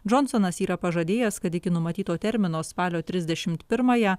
džonsonas yra pažadėjęs kad iki numatyto termino spalio trisdešim pirmąją